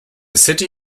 city